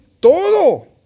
todo